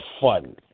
fun